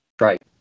right